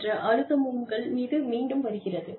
என்ற அழுத்தம் உங்கள் மீது மீண்டும் வருகிறது